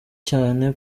cyane